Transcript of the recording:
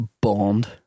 Bond